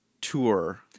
tour